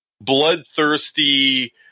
bloodthirsty